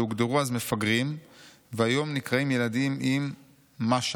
שהוגדרו אז מפגרים והיום נקראים ילדים עם מש"ה,